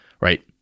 Right